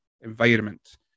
environment